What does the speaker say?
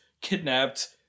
kidnapped